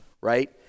Right